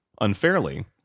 unfairly